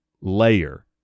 layer